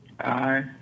aye